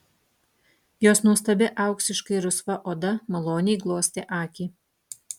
jos nuostabi auksiškai rusva oda maloniai glostė akį